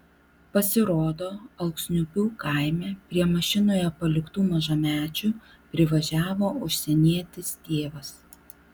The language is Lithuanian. pasirodo alksniupių kaime prie mašinoje paliktų mažamečių privažiavo užsienietis tėvas